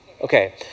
Okay